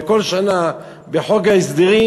וכל שנה, בחוק ההסדרים,